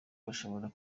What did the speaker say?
bashobora